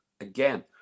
again